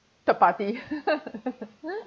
third party